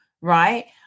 Right